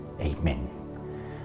amen